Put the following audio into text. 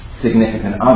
significant